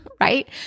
right